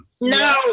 No